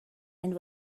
and